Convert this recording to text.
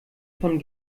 von